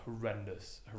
horrendous